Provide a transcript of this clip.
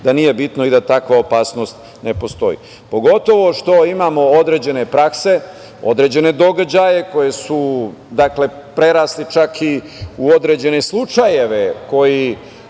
da nije bitno i da takva opasnost ne postoji. Pogotovo što imamo određene prakse, određene događaje koji su prerasli čak i u određene slučajeve koje